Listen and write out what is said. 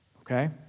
Okay